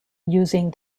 using